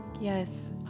Yes